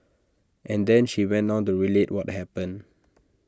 and then she went on to relate what happened